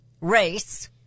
race